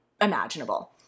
imaginable